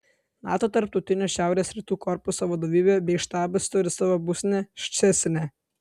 nato tarptautinio šiaurės rytų korpuso vadovybė bei štabas turi savo būstinę ščecine